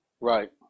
Right